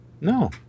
No